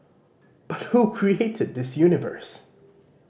but who created this universe